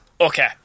Okay